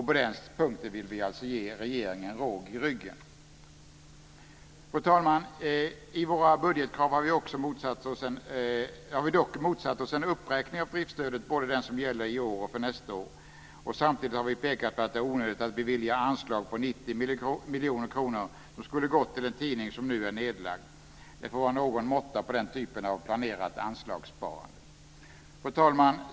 På den punkten vill vi alltså ge regeringen råg i ryggen. Fru talman! I våra budgetkrav har vi dock motsatt oss en uppräkning av driftstödet, både för i år och för nästa år. Samtidigt har vi pekat på att det är onödigt att bevilja anslag på 90 miljoner kronor som skulle ha gått till en tidning som nu är nedlagd. Det får vara någon måtta på den typen av planerat anslagssparande. Fru talman!